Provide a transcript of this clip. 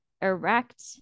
erect